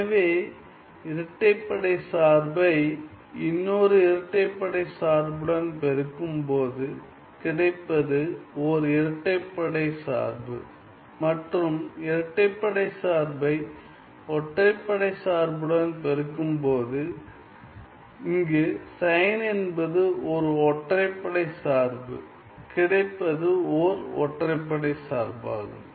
எனவே இரட்டைப்படை சார்பை இன்னொரு இரட்டைப்படை சார்புடன்பெருக்கும்போது கிடைப்பது ஓர் இரட்டைப்படை சார்பு மற்றும் இரட்டைப்படை சார்பை ஒற்றைப்படை சார்புடன் பெருக்கும்போது இங்கு சைன் என்பது ஓர் ஒற்றைப்படை சார்பு கிடைப்பது ஓர் ஒற்றைப்படை சார்பாகும்